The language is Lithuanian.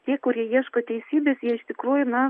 tie kurie ieško teisybės jie iš tikrųjų na